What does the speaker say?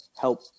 help